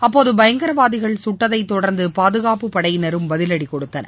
அப்போது பயங்கரவாதிகள் கட்டதை தொடர்ந்து பாதுகாப்பு படையினரும் பதிவடி கொடுத்தனர்